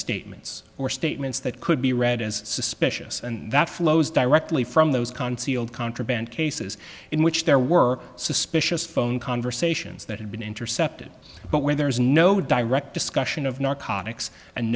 statements or statements that could be read as suspicious and that flows directly from those concierge contraband cases in which there were suspicious phone conversations that had been intercepted but where there is no direct discussion of narcotics and